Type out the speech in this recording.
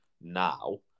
now